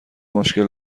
مشکل